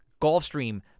Gulfstream